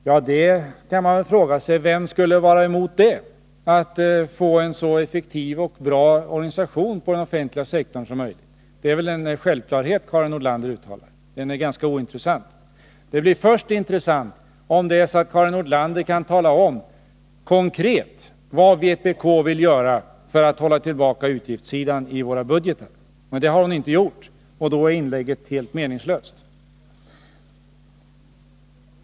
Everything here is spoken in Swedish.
Jag undrar vem som skulle vara emot att vi får en så effektiv och bra organisation på den offentliga sektorn som möjligt. Det är en självklarhet Karin Nordlander uttalar, och den är ganska ointressant. Det blir intressant först om Karin Nordlander kan tala om konkret vad vpk vill göra för att hålla tillbaka utgiftssidan i våra budgetar. Det har hon inte gjort, och då är inlägget helt meningslöst.